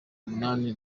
munani